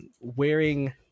wearing